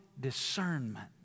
discernment